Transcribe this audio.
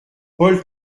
paul